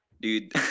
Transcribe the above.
Dude